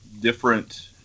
different